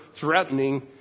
threatening